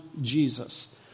Jesus